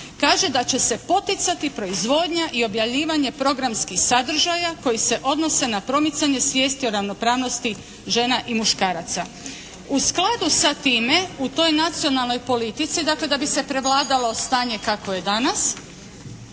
kaže da će se poticati proizvodnja i objavljivanje programskih sadržaja koji se odnose na promicanje svijesti o ravnopravnosti žena i muškaraca. U skladu sa time u toj nacionalnoj politici dakle da bi se prevladalo stanje kakvo je danas